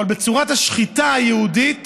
אבל צורת השחיטה היהודית